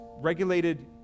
regulated